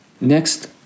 Next